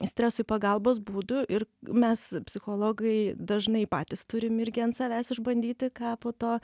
stresui pagalbos būdų ir mes psichologai dažnai patys turim irgi ant savęs išbandyti ką po to